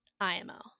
IMO